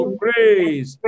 praise